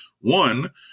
one